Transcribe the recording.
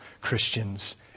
Christians